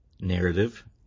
Narrative